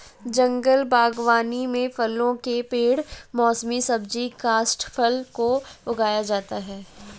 जंगल बागवानी में फलों के पेड़ मौसमी सब्जी काष्ठफल को उगाया जाता है